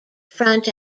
front